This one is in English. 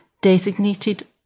designated